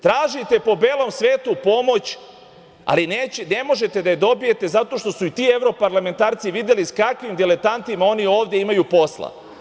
Tražite po belom svetu pomoć, ali ne možete da je dobijete zato što su i ti evroparlamentarci videli sa kakvim diletantima oni ovde imaju posla.